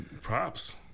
Props